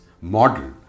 model